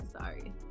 sorry